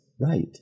right